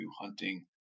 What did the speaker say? hunting